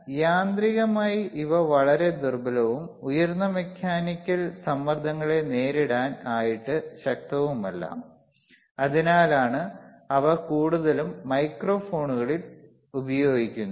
അതിനാൽ യാന്ത്രികമായി അവ വളരെ ദുർബലവും ഉയർന്ന മെക്കാനിക്കൽ സമ്മർദ്ദങ്ങളെ നേരിടാൻ ആയിട്ട് ശക്തവുമല്ല അതിനാലാണ് അവ കൂടുതലും മൈക്രോഫോണുകളിൽ ഉപയോഗിക്കുന്നത്